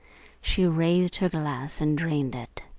she raised her glass and drained it.